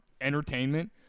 entertainment